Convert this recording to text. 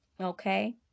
okay